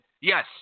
Yes